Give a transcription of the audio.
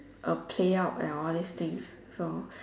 a play out and all these things so